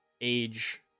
age